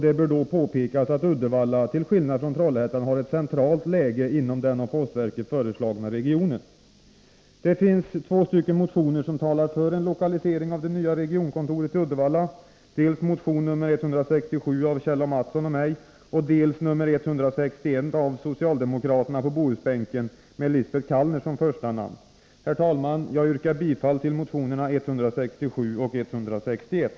Det bör då påpekas att Uddevalla till skillnad från Trollhättan har ett centralt läge inom den av postverket föreslagna regionen. Det finns två motioner som talar för en lokalisering av det nya regionkontoret till Uddevalla. Det är dels motion nr 167 av Kjell Mattsson och mig, dels nr 161 av socialdemokraterna på Bohusbänken med Lisbet Calner som första namn. Herr talman! Jag yrkar bifall till motionerna 167 och 161.